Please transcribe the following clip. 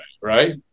right